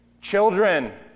Children